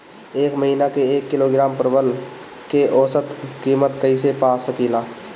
एक महिना के एक किलोग्राम परवल के औसत किमत कइसे पा सकिला?